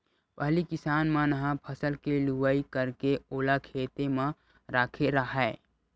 पहिली किसान मन ह फसल के लुवई करके ओला खेते म राखे राहय